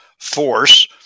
force